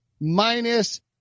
minus